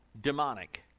demonic